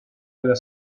della